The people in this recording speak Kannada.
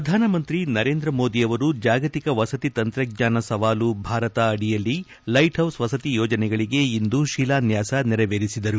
ಪ್ರಧಾನ ಮಂತ್ರಿ ನರೇಂದ್ರ ಮೋದಿ ಅವರು ಜಾಗತಿಕ ವಸತಿ ತಂತ್ರಜ್ಞಾನ ಸವಾಲು ಭಾರತ ಅಡಿಯಲ್ಲಿ ಲ್ಲೆಟ್ ಹೌಸ್ ವಸತಿ ಯೋಜನೆಗಳಿಗೆ ಇಂದು ಶಿಲಾನ್ಲಾಸ ನೆರವೇರಿಸಿದರು